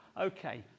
Okay